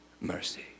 mercy